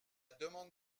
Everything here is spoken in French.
demande